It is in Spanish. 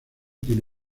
tiene